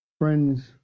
Friends